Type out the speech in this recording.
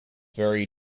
vary